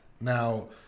Now